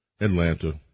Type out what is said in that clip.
Atlanta